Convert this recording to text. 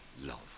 love